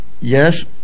yes